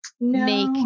make